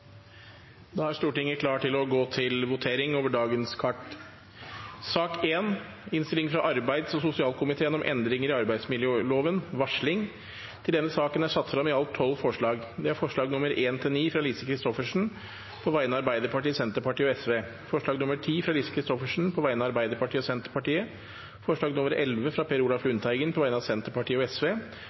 Da er Stortinget klar til å gå til votering. Under debatten er det satt frem i alt tolv forslag. Det er forslagene nr. 1–9, fra Lise Christoffersen på vegne av Arbeiderpartiet, Senterpartiet og Sosialistisk Venstreparti forslag nr. 10, fra Lise Christoffersen på vegne av Arbeiderpartiet og Senterpartiet forslag nr. 11, fra Per Olaf Lundteigen på vegne av Senterpartiet og